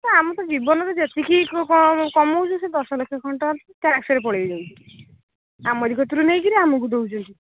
ତ ଆମେ ତ ଜୀବନରେ ଯେତିକି କ କମାଉଛି ସେ ଦଶ ଲକ୍ଷ ଘଣ୍ଟା ଟାକ୍ସରେ ପଳାଇ ଯାଉଛି ଆମରି କତିରୁ ନେଇକିରି ଆମକୁ ଦେଉଛନ୍ତି